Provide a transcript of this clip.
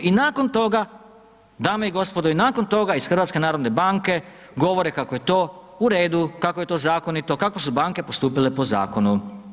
I nakon toga, dame i gospodo, i nakon toga iz HNB-a govore kako je to u redu, kako je to zakonito, kako su banke postupile po zakonu.